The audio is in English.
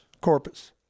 Corpus